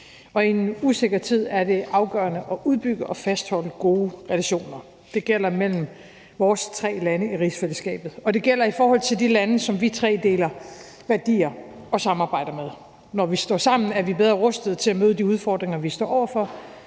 og i en usikker tid er det afgørende at uddybe og fastholde gode relationer. Det gælder mellem vores tre lande i rigsfællesskabet, og det gælder i forhold til de lande, som vi tre deler værdier og samarbejder med. Når vi står sammen, er vi bedre rustet til at møde de udfordringer, vi står over for,